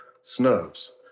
snubs